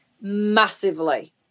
massively